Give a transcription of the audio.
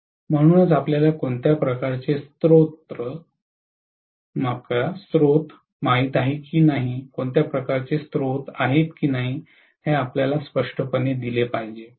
म्हणूनच आपल्याला कोणत्या प्रकारचे स्रोत माहित आहे की कोणत्या प्रकारचे स्रोत आहेत हे आपल्याला स्पष्टपणे दिले पाहिजे